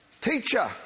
Teacher